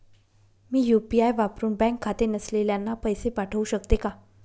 मी UPI वापरुन bank खाते नसलेल्यांना पैसे पाठवू शकते का?